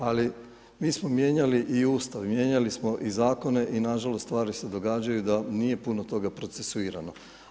Ali, mi smo mijenjali i Ustav mijenjali smo i zakone i nažalost, stvari se događaju da nije puno toga procesuirano.